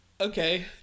okay